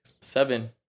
Seven